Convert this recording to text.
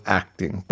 acting